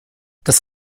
das